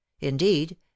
indeed